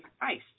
ICE